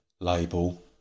label